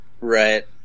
right